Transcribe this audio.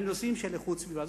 על נושאים של איכות סביבה.